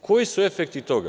Koji su efekti toga?